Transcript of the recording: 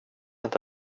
inte